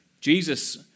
Jesus